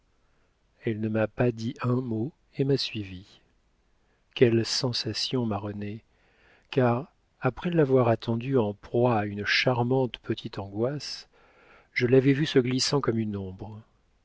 elle ne m'a pas dit un mot et m'a suivie quelles sensations ma renée car après l'avoir attendu en proie à une charmante petite angoisse je l'avais vu se glissant comme une ombre